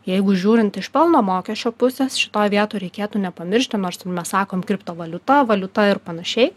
jeigu žiūrint iš pelno mokesčio pusės šitoj vietoj reikėtų nepamiršti nors ir mes sakom kriptovaliuta valiuta ir panašiai